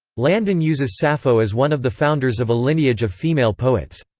landon uses sappho as one of the founders of a lineage of female poets.